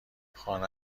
خانه